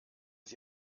sie